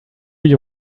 you